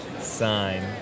sign